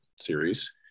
series